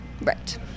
Right